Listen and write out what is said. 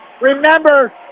Remember